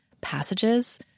passages